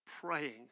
praying